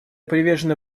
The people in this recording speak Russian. привержена